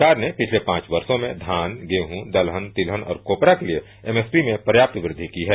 सरकार ने पिछले पांच वर्षों में धान गेंह दलहन तिलहन और कोपरा के लिए एमएसपी में पर्याप्त व्रद्धि की है